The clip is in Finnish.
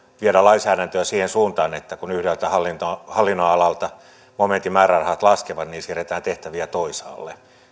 viedä lainsäädäntöä siihen suuntaan että kun yhdeltä hallin nonalalta momentin määrärahat laskevat niin siirretään tehtäviä toisaalle